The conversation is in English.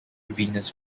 venous